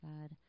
God